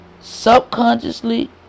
subconsciously